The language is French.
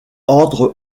ordre